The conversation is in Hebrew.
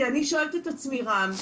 כי אני שואלת את עצמי רם,